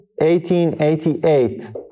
1888